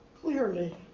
Clearly